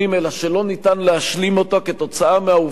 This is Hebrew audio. אלא שלא ניתן להשלים אותה כתוצאה מהעובדה